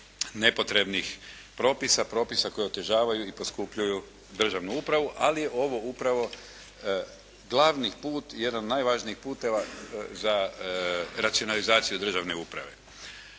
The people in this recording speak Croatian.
nepotrebnih propisa, propisa koji otežavaju i poskupljuju državnu upravu ali ovo je upravo glavni put, jedan od najvažnijih puteva za racionalizaciju državne uprave.